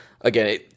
again